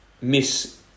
miss